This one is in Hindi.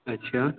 अच्छा